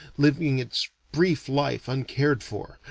living its brief life uncared-for,